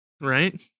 right